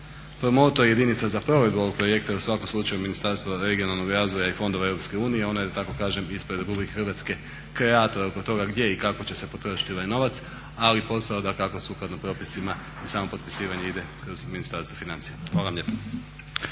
promoto jedinica za provedbu ovog projekta je u svakom slučaju Ministarstvo regionalnog razvoja i Fondova Europske unije, ona je da tako kažem ispred Republike Hrvatske kreator oko toga gdje i kako će se potrošiti ovaj novac ali posao dakako sukladno propisima i samom potpisivanju ide kroz ministarstvo financija. Hvala vam lijepa.